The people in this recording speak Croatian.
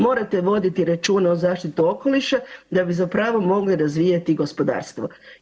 Morate voditi računa o zaštiti okoliša da bi zapravo mogli razvijati gospodarstvo.